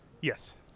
Yes